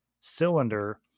cylinder